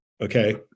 Okay